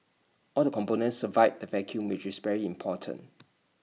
all the components survived the vacuum which is very important